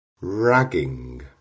ragging